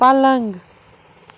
پلنٛگ